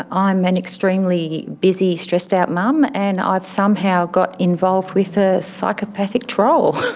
i'm an extremely busy, stressed out mum, and i've somehow got involved with a psychopathic troll.